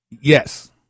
Yes